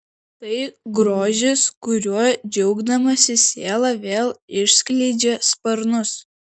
tai grožis kuriuo džiaugdamasi siela vėl išskleidžia sparnus